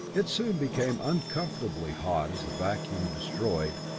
it soon became uncomfortably hot as, the vacuum destroyed,